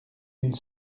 une